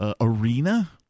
arena